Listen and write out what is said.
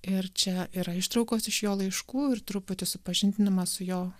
ir čia yra ištraukos iš jo laiškų ir truputį supažindinama su jo